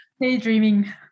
Daydreaming